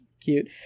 cute